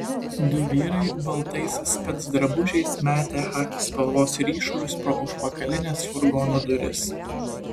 du vyrai baltais specdrabužiais mėtė chaki spalvos ryšulius pro užpakalines furgono duris